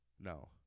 No